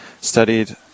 Studied